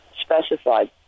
specified